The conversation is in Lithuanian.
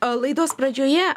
aaa laidos pradžioje